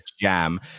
jam